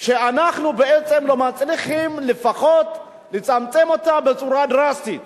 שאנחנו בעצם לא מצליחים לפחות לצמצם אותה בצורה דרסטית